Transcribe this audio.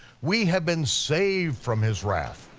we have been saved from his wrath.